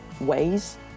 ways